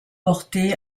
portées